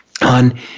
on